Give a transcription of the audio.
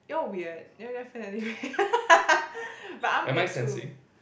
you're weird you're definitely but I'm weird too